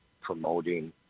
promoting